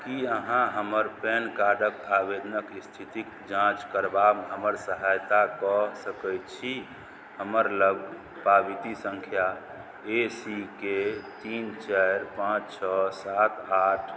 कि अहाँ हमर पैन कार्डके आवेदनके इस्थितिके जाँच करबामे हमर सहायता कऽ सकै छी हमरलग पावती सँख्या ए सी के तीन चारि पाँच छओ सात आठ